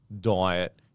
diet